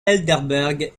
heidelberg